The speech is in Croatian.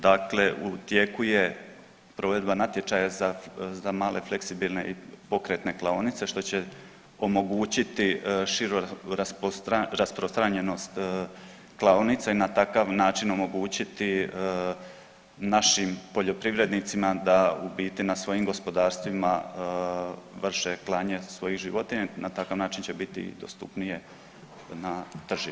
Dakle, u tijeku je provedba natječaja za male fleksibilne i pokretne klaonice što će omogućiti širu rasprostranjenost klaonica i na takav način omogućiti našim poljoprivrednicima da u biti na svojim gospodarstvima vrše klanje svojih životinja, na takav način će biti i dostupnije na tržištu.